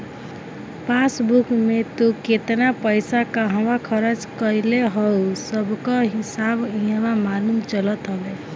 passbook में तू केतना पईसा कहवा खरच कईले हव उ सबकअ हिसाब इहवा मालूम चलत हवे